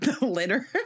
litter